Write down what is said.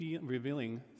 revealing